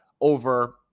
over